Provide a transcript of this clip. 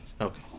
okay